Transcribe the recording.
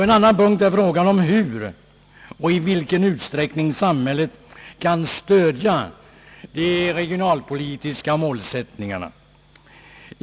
En annan punkt är frågan om hur och i vilken utsträckning samhället kan stödja de regionalpolitiska målsättningarna.